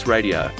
Radio